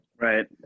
Right